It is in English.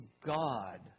God